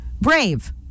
brave